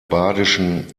badischen